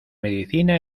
medicina